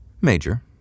Major